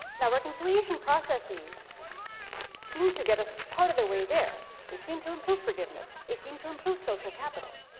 now reconciliation processes seem to get us part of the way there. they seem to improve forgiveness. they seem to improve social capital,